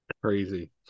crazy